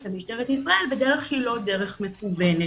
למשטרת ישראל בדרך שהיא לא דרך מקוונת.